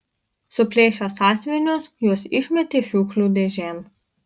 suplėšę sąsiuvinius juos išmetė šiukšlių dėžėn